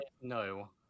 no